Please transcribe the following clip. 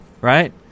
right